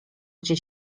gdzie